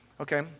Okay